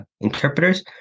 interpreters